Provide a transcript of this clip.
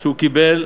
שהוא קיבל,